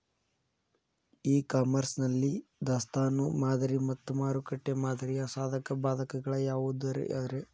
E commerce ನಲ್ಲಿ ದಾಸ್ತಾನು ಮಾದರಿ ಮತ್ತ ಮಾರುಕಟ್ಟೆ ಮಾದರಿಯ ಸಾಧಕ ಬಾಧಕಗಳ ಯಾವವುರೇ?